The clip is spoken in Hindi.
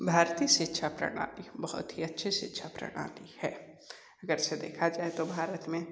भारतीय शिक्षा प्रणाली बहुत ही अच्छी शिक्षा प्रणाली है वैसे देखा जाए तो भारत में